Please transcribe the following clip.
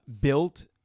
built